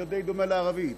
די דומה לערבית.